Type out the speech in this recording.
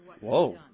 Whoa